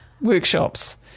workshops